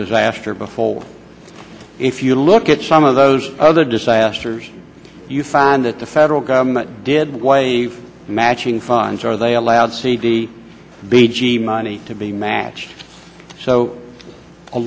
disaster befall if you look at some of those other disasters you find that the federal government did matching funds are they allowed cd b g money to be matched so a